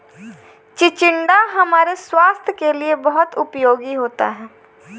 चिचिण्डा हमारे स्वास्थ के लिए बहुत उपयोगी होता है